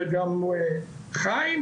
וגם חיים,